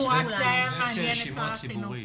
לו רק זה היה מעניין את שר החינוך.